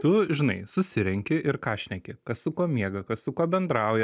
tu žinai susirenki ir ką šneki kas su kuo miega kas su kuo bendrauja